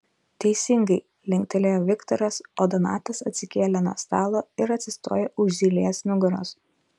teisingai linktelėjo viktoras o donatas atsikėlė nuo stalo ir atsistojo už zylės nugaros